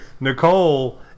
Nicole